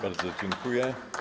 Bardzo dziękuję.